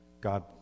God